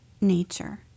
nature